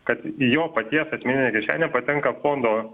kad į jo paties asmeninę kišenę patenka fondo